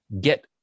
get